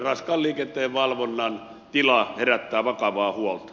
raskaan liikenteen valvonnan tila herättää vakavaa huolta